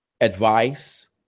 advice